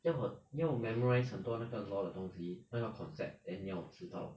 要很要 memorize 很多那个 law 的东西那个 concept then 你要知道